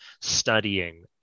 studying